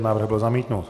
Návrh byl zamítnut.